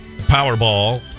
Powerball